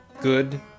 Good